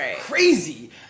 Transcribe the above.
crazy